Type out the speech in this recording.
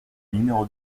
numéro